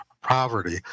poverty